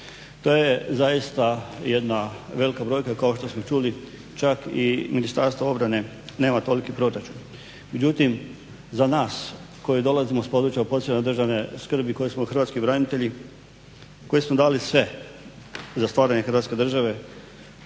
To je zaista jedna velika brojka, kao što smo čuli, čak i Ministarstvo obrane nema toliki proračun. Međutim, za nas koji dolazimo s područja posebne državne skrbi, koji smo hrvatski branitelji, koji smo dali sve za stvaranje Hrvatske države,